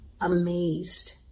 amazed